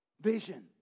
Vision